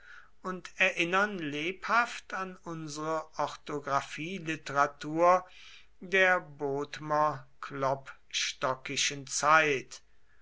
und erinnern lebhaft an unsere orthographieliteratur der bodmer klopstockischen zeit